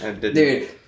Dude